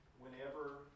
whenever